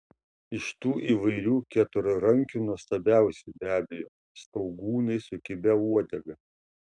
iš tų įvairių keturrankių nuostabiausi be abejo staugūnai su kibia uodega